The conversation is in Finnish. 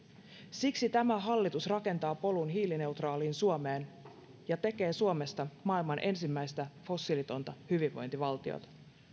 siksi tämä hallitus rakentaa polun hiilineutraaliin suomeen ja tekee suomesta maailman ensimmäistä fossiilitonta hyvinvointivaltiota